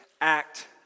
act